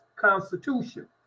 Constitution